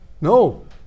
No